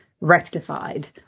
rectified